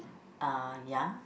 uh ya